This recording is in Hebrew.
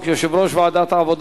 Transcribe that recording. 15 בעד,